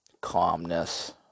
calmness